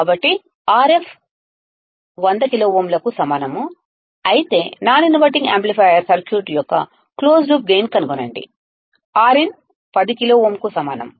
కాబట్టి Rf 100 kilo ఓంలకు సమానం అయితే నాన్ ఇన్వర్టింగ్ యాంప్లిఫైయర్ సర్క్యూట్ యొక్క క్లోజ్డ్ లూప్ గైన్ కనుగొనండి Rin 10 కిలో ఓంకు సమానం